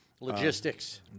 Logistics